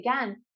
again